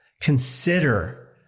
consider